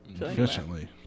efficiently